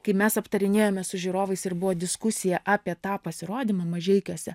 kai mes aptarinėjome su žiūrovais ir buvo diskusija apie tą pasirodymą mažeikiuose